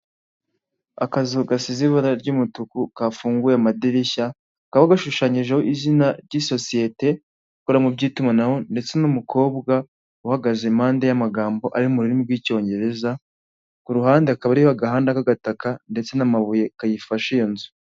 Akazu gasize ibara ry'umutuku kafunguye amadirishya kaba gashushanyijeho izina ry'isosiyete ikora mu by'itumanaho ndetse n'umukobwa uhagaze impande y'amagambo ari mu rurimi rw'icyongereza ku ruhande hakaba hariho agahanda k'agataka ndetse n'amabuye kayifashe iyo nzu.